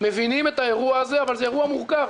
מבינים את האירוע הזה אבל זה אירוע מורכב.